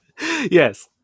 Yes